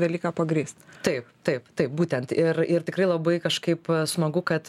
dalyką pagrįst taip taip taip būtent ir ir tikrai labai kažkaip smagu kad